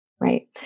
Right